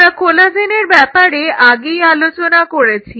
আমরা কোলাজেনের ব্যাপারে আগেই আলোচনা করেছি